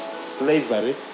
slavery